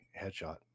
headshot